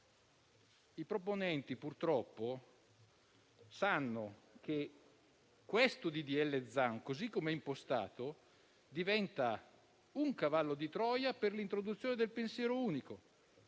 proponenti purtroppo sanno che il disegno di legge Zan, così com'è impostato, diventa un cavallo di Troia per l'introduzione del pensiero unico,